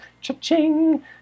cha-ching